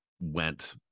went